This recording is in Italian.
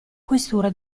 questura